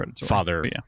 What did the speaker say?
father